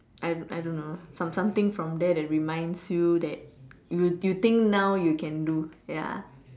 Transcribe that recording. I I don't know some something from there that reminds you that you you think now you can do ya